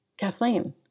Kathleen